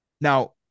Now